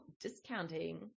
discounting